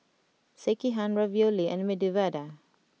Sekihan Ravioli and Medu Vada